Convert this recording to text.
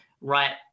right